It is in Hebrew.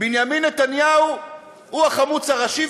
בנימין נתניהו הוא החמוץ הראשי.